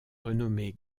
renommée